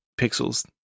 pixels